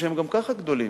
שהם גם ככה גדולים.